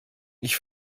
ich